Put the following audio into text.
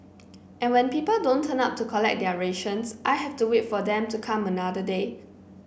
and when people don't turn up to collect their rations I have to wait for them to come another day